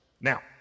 Now